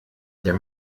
their